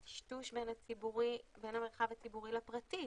הטשטוש בין המרחב הציבורי לפרטי.